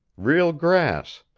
real grass,